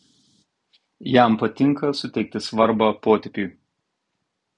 jam patinka suteikti svarbą potėpiui